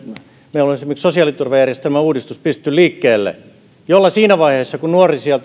meillä on esimerkiksi sosiaaliturvajärjestelmän uudistus pistetty liikkeelle jotta siinä vaiheessa kun nuori